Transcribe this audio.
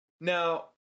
Now